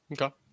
Okay